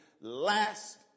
last